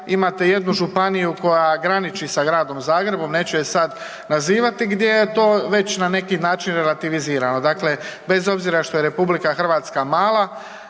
imate jednu županiju koja graniči sa Gradom Zagrebom, neću je sad nazivati gdje je to već na neki način relativizirano. Dakle, bez obzira što je RH mala